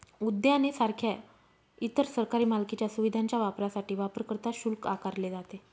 उद्याने सारख्या इतर सरकारी मालकीच्या सुविधांच्या वापरासाठी वापरकर्ता शुल्क आकारले जाते